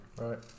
right